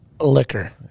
liquor